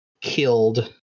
killed